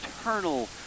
eternal